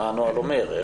מה הנוהל אומר,